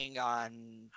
on